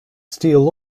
steel